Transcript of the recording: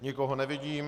Nikoho nevidím.